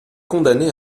condamné